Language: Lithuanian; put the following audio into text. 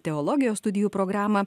teologijos studijų programą